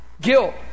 Guilt